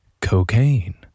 cocaine